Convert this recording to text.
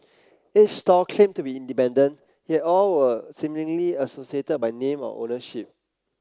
each stall claimed to be independent yet all were seemingly associated by name or ownership